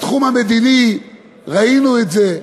בתחום המדיני ראינו את זה,